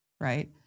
right